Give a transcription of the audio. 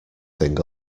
thing